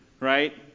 right